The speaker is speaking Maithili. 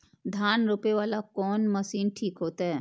धान रोपे वाला कोन मशीन ठीक होते?